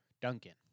Duncan